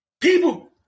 People